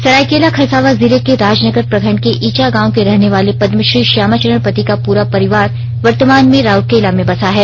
सरायकेला खरसांवा जिले के राजनगर प्रखंड के ईचा गांव के रहने वाले पदमश्री श्यामा चरण पति का पूरा परिवार वर्तमान में राउरकेला में बसा है